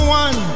one